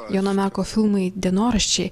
jono meko filmai dienoraščiai